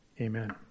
Amen